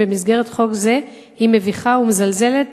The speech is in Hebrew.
במסגרת חוק זה היא מביכה ומזלזלת.